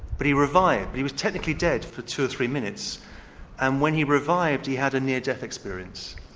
but he revived he was technically dead for two or three minutes and when he revived he had a near-death experience.